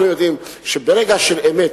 אנחנו יודעים שברגע של אמת,